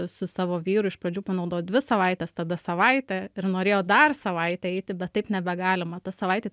su savo vyru iš pradžių panaudojo dvi savaites tada savaitę ir norėjo dar savaitę eiti bet taip nebegalima ta savaitė